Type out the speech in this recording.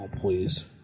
please